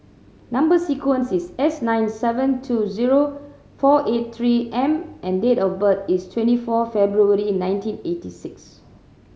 number sequence is S nine seven two zero four eight Three M and date of birth is twenty four February nineteen eighty six